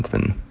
been